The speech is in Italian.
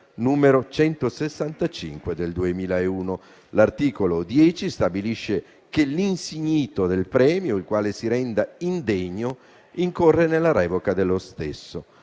n. 165 del 2001. L'articolo 10 stabilisce che l'insignito del premio, il quale si renda indegno, incorre nella revoca dello stesso.